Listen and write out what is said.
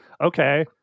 okay